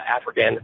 African